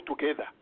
together